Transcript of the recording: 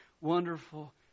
wonderful